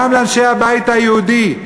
גם לאנשי הבית היהודי,